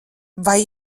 vai